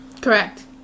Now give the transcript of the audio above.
Correct